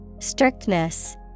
Strictness